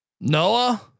Noah